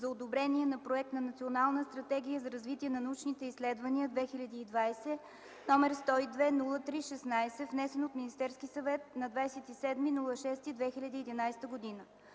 за одобрение на Проект на Национална стратегия за развитие на научните изследвания 2020, № 102-03-16, внесен от Министерския съвет на 27 юни 2011 г.